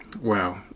Wow